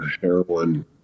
Heroin